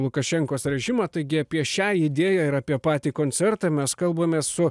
lukašenkos režimą taigi apie šią idėją ir apie patį koncertą mes kalbamės su